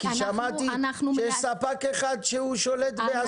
כי שמעתי שיש ספק אחד שהוא שולט.